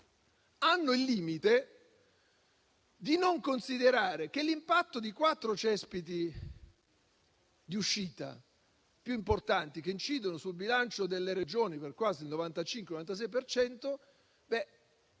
hanno il limite - appunto - di non considerare l'impatto di quattro dei cespiti di uscita più importanti che incidono sul bilancio delle Regioni per quasi il 95-96